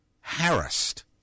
harassed